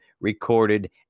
recorded